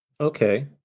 Okay